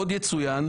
עוד יצוין,